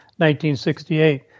1968